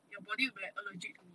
your body will be like allergic to it